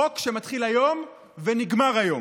חוק שמתחיל היום ונגמר היום.